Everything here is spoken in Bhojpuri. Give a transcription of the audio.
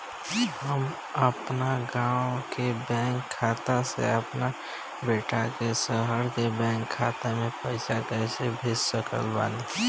हम अपना गाँव के बैंक खाता से अपना बेटा के शहर के बैंक खाता मे पैसा कैसे भेज सकत बानी?